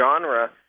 genre